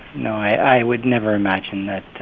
no, i would never imagine that,